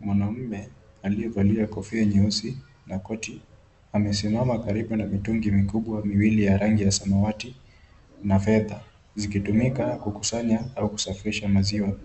Mwanaume aliyevalia kofia nyeusi na koti, amesimama karibu na mitungi mikubwa miwili ya rangi ya samawati na fedha, zikitumika kukusanya au kusafirisha maziwa.